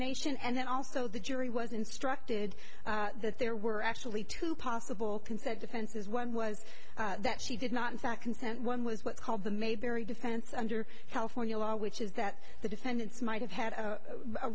examination and then also the jury was instructed that there were actually two possible consent defenses one was that she did not in fact consent one was what's called the made very defense under california law which is that the defendants might have had a